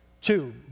Two